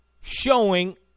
...showing